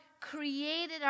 created